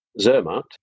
Zermatt